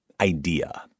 idea